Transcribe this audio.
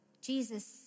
Jesus